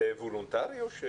זה וולונטרי?